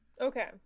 Okay